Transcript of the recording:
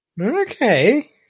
Okay